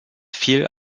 viel